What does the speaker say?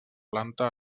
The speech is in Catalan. planta